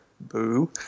Boo